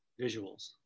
visuals